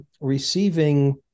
receiving